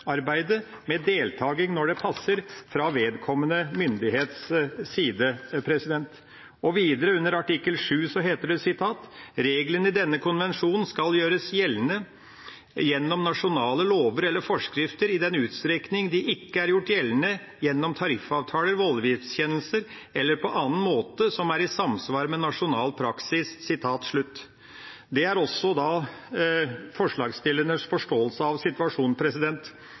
med deltaking, når det passer, fra vedkommende myndigheters side.» Under artikkel 7 står det: «Reglene i denne konvensjon skal gjøres gjeldende gjennom nasjonale lover eller forskrifter, i den utstrekning de ikke er gjort gjeldende gjennom tariffavtaler, voldgiftskjennelser eller på annen måte som er i samsvar med nasjonal praksis.» Dette er også forslagsstillernes forståelse av situasjonen.